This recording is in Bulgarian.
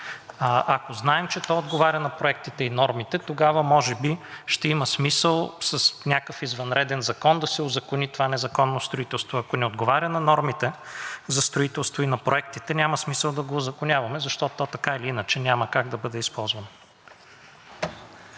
Ако знаем, че то отговаря на проектите и нормите, тогава може би ще има смисъл с някакъв извънреден закон да се узакони това незаконно строителство. Ако не отговаря на нормите за строителство и на проектите, няма смисъл да го узаконяваме, защото то така или иначе няма как да бъде използвано.